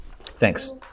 Thanks